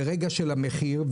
הרגע של המחיר,